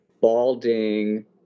balding